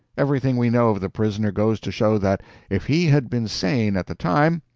everything we know of the prisoner goes to show that if he had been sane at the time,